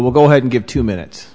will go ahead and give two minutes